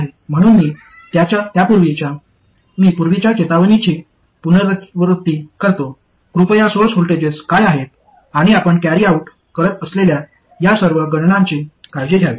म्हणून मी पूर्वीच्या चेतावणीची पुनरावृत्ती करतो कृपया सोर्स व्होल्टेजेस काय आहेत आणि आपण कॅरी आऊट करत असलेल्या या सर्व गणनाची काळजी घ्यावी